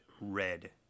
red